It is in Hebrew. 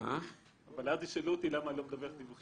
מה שקרה זה שהעבירו את זה מסעיף קטן